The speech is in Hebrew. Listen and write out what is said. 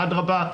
אדרבא,